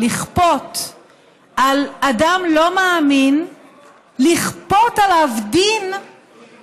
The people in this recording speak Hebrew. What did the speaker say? לכפות על אדם לא מאמין דין שהוא,